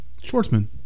Schwartzman